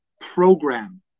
program